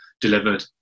delivered